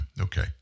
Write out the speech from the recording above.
Okay